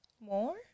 more